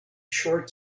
short